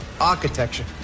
architecture